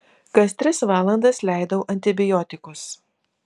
kas tris valandas leidau antibiotikus